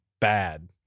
bad